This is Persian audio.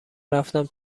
رفتم